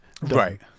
right